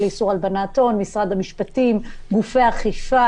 לרבות תעשיית